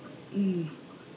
mm